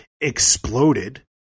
exploded